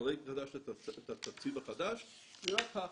לחלק את התקציב החדש, זה היה כך.